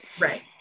Right